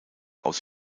aus